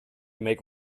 make